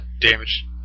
damage